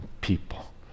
people